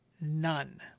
None